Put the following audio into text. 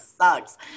sucks